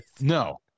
No